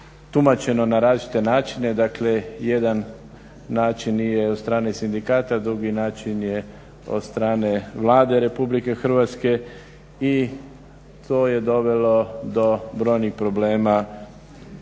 tumačeno na različite načine. Dakle, jedan način je od strane sindikata, drugi način je od strane Vlade RH i to je dovelo do brojnih problema